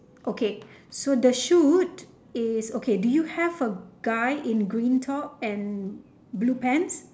okay so the shoot is okay do you have a guy in green top and blue pants